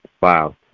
Wow